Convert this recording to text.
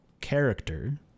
character